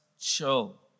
chill